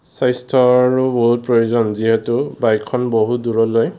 স্বাস্থ্যৰো বহুত প্ৰয়োজন যিহেতু বাইকখন বহু দূৰলৈ